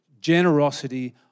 generosity